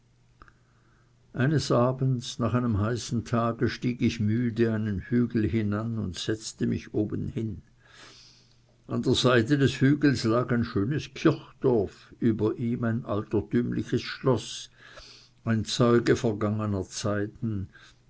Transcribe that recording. eines abends nach einem heißen tage stieg ich müde einen hügel hinan und setzte mich oben hin an der seite des hügels lag ein schönes kirchdorf über ihm ein altertümliches schloß ein zeuge vergangener zeiten